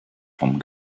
vom